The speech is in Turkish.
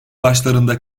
başlarında